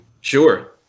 Sure